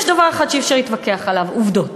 יש דבר אחד שאי-אפשר להתווכח עליו, עובדות.